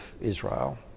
Israel